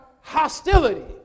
hostility